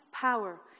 power